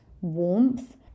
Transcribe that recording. warmth